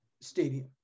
stadium